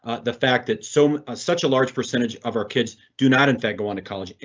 ah the fact that so such a large percentage of our kids do not, in fact, going to college.